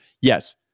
Yes